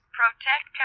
protect